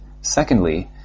Secondly